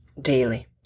daily